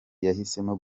yahisemo